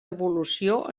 evolució